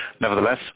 Nevertheless